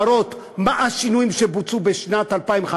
להראות מה השינויים שבוצעו בשנת 2015,